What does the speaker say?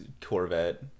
Corvette